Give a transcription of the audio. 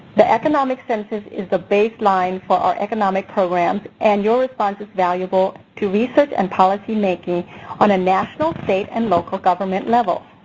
the economic census is the baseline for our economic programs and your response is valuable to research and policymaking on a national, state and local government level.